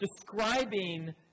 describing